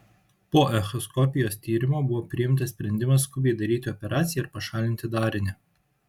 po echoskopijos tyrimo buvo priimtas sprendimas skubiai daryti operaciją ir pašalinti darinį